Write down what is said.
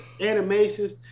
animations